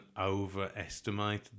overestimate